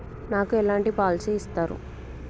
నాకు ఎలాంటి పాలసీ ఇస్తారు?